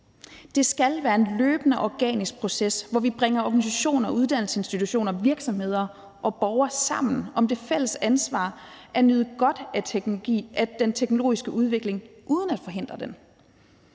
Det skal være en løbende organisk proces, hvor vi bringer organisationer, uddannelsesinstitutioner, virksomheder og borgere sammen om det fælles ansvar at nyde godt af den teknologiske udvikling uden at forhindre den.